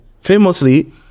famously